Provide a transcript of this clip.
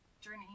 journey